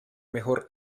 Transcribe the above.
mejor